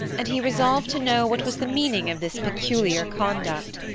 and he resolved to know what was the meaning of this peculiar conduct.